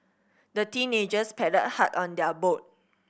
the teenagers paddled hard on their boat